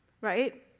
right